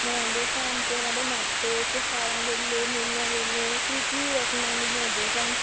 ਮਨਾਉਂਦੇ ਸਨ ਅਤੇ ਉਹਨਾਂ ਦੇ ਮਾਪੇ ਤਿਉਹਾਰਾਂ ਵੇਲੇ ਮੇਲਿਆਂ ਵੇਲੇ ਕੀ ਕੀ ਰਸਮਾਂ ਨਿਭਾਉਂਦੇ ਸਨ